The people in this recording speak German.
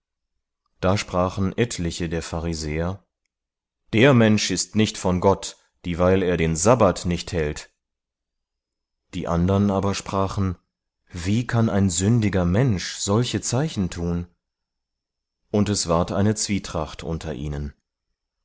da sprachen etliche der pharisäer der mensch ist nicht von gott dieweil er den sabbat nicht hält die andern aber sprachen wie kann ein sündiger mensch solche zeichen tun und es ward eine zwietracht unter ihnen